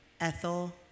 Ethel